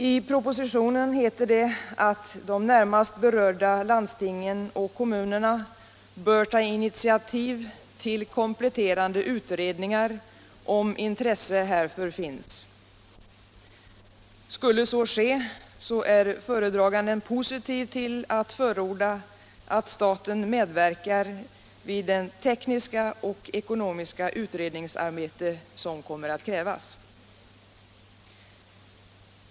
I propositionen heter det att de närmast berörda landstingen och kommunerna bör ta initiativ till kompletterande utredningar, om intresse härför finns. Skulle så ske är föredraganden positiv till att förorda att staten medverkar vid det tekniska och ekonomiska utredningsarbete som kommer att krävas.